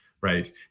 Right